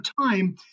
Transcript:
time